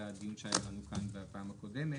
זה הדיון שהיה כאן בפעם הקודמת.